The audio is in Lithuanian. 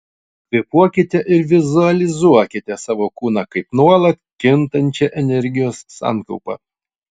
kvėpuokite ir vizualizuokite savo kūną kaip nuolat kintančią energijos sankaupą